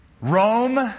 Rome